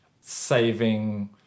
saving